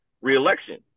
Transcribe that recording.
reelection